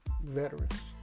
veterans